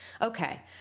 Okay